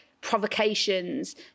provocations